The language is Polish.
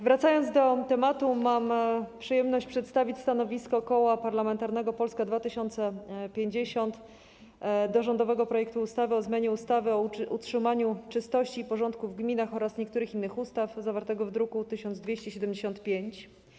Wracając do tematu, mam przyjemność przedstawić stanowisko Koła Parlamentarnego Polska 2050 dotyczące rządowego projektu ustawy o zmianie ustawy o utrzymaniu czystości i porządku w gminach oraz niektórych innych ustaw, zawartego w druku nr 1275.